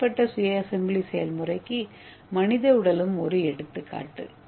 திட்டமிடப்பட்ட சுய அசெம்பிளி செயல்முறைக்கு மனித உடலும் ஒரு எடுத்துக்காட்டு